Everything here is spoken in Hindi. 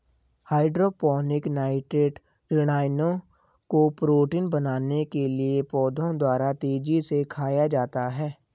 हाइड्रोपोनिक नाइट्रेट ऋणायनों को प्रोटीन बनाने के लिए पौधों द्वारा तेजी से खाया जाता है